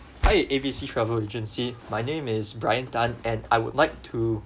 hi A B C travel agency my name is bryan tan and I would like to